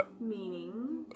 Meaning